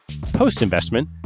Post-investment